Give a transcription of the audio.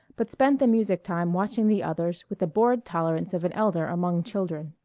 but spent the music time watching the others with the bored tolerance of an elder among children.